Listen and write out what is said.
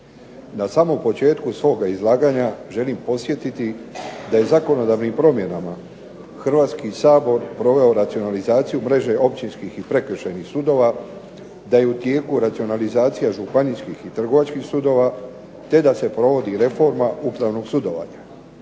Na samom početku svoga izlaganja želim podsjetiti da je zakonodavnim promjenama Hrvatski sabor proveo racionalizaciju mreže općinskih i prekršajnih sudova, da je u tijeku racionalizacija županijskih i trgovačkih sudova, te da se provodi reforma upravnog sudovanja.